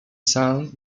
sound